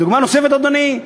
דוגמה נוספת, אדוני,